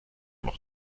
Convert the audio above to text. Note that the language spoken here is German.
noch